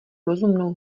rozumnou